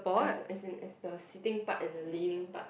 as as in as the sitting part and the leaning part